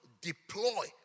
deploy